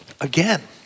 again